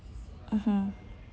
mmhmm